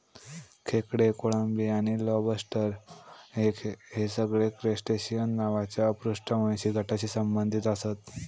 खेकडे, कोळंबी आणि लॉबस्टर हे सगळे क्रस्टेशिअन नावाच्या अपृष्ठवंशी गटाशी संबंधित आसत